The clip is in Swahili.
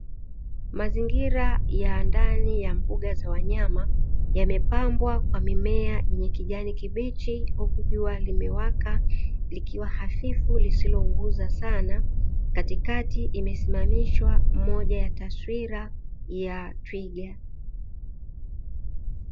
Mazingira ya ndani ya mbuga za wanyama yamepambwa kwa mimea yenye kijani kibichi huku jua limewaka likiwa hafifu lisilounguza sana, katikati imesimamishwa moja ya taswira ya twiga.